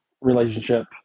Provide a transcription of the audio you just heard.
relationship